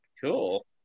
cool